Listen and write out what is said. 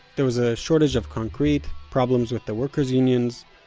there was a shortage of concrete, problems with the workers unions,